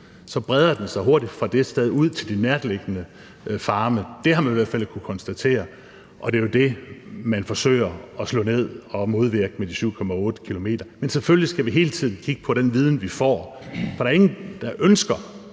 så breder den sig hurtigt fra det sted ud til de nærliggende farme. Det har man i hvert fald kunnet konstatere, og det er jo det, man forsøger at slå ned og imødegå med de 7,8 km. Men selvfølgelig skal vi hele tiden kigge på den viden, vi får, for der er ingen, der ønsker